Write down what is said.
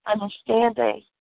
understanding